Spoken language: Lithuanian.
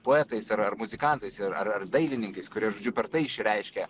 poetais ar ar muzikantais ir ar dailininkais kurie žodžiu per tai išreiškia